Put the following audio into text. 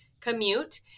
commute